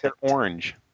orange